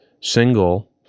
single